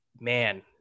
man